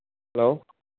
hello